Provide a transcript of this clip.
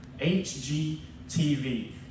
HGTV